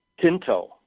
Tinto